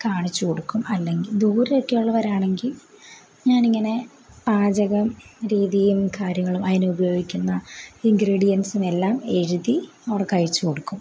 കാണിച്ച് കൊടുക്കും അല്ലെങ്കിൽ ദൂരെ ഒക്കെ ഉള്ളവരാണെങ്കിൽ ഞാൻ ഇങ്ങനെ പാചക രീതിയും കാര്യങ്ങളും അതിനുപയോഗിക്കുന്ന ഇൻഗ്രിഡിയൻറ്സും എല്ലാം എഴുതി അവർക്ക് അയച്ചുകൊടുക്കും